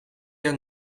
jaar